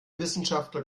wissenschaftler